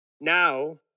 now